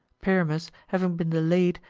pyramus, having been delayed,